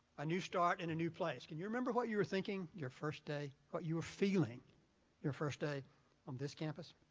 a new start in a new place. can you remember what you were thinking your first day, what you were feeling your first day on this campus?